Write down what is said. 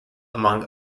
among